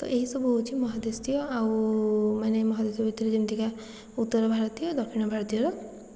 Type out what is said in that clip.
ତ ଏହିସବୁ ହେଉଛି ମହାଦେଶୀୟ ଆଉ ମାନେ ମହାଦେଶ ଭିତରେ ଯେମିତିକା ଉତ୍ତର ଭାରତୀୟ ଦକ୍ଷିଣ ଭାରତୀୟ